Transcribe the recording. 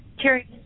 curious